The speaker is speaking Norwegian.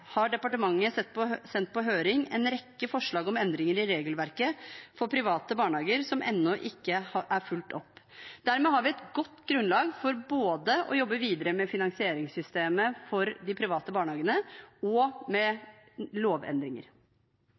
har departementet sendt på høring en rekke forslag om endringer i regelverket for private barnehager som ennå ikke er fulgt opp. Dermed har vi et godt grunnlag for å jobbe videre både med finansieringssystemet for de private barnehagene og med lovendringer.